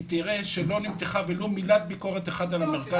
היא תראה שלא נמתחה ולו מילת ביקורת אחת על המרכז הארצי.